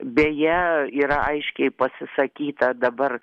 beje yra aiškiai pasisakyta dabar